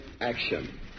action